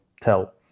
tell